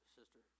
Sister